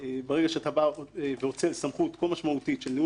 ברגע שאתה אוצל סמכות כה משמעותית של ניהול מקרקעין,